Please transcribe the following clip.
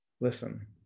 Listen